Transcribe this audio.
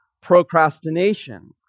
procrastination